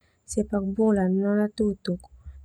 Sepak bola no natutuk.